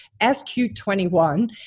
SQ21